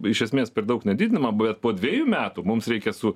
iš esmės per daug nedidinama bet po dviejų metų mums reikia su